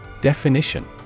Definition